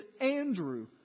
Andrew